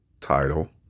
title